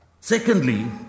Secondly